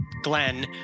Glenn